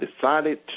decided